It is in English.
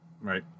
Right